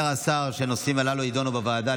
אומר השר שהנושאים הללו יידונו בוועדה,